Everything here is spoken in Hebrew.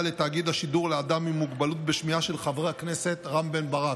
של חבר הכנסת רם בן ברק,